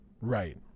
Right